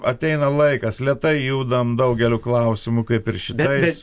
ateina laikas lėtai judam daugeliu klausimų kaip ir šitais